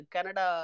Canada